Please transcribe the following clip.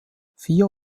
vier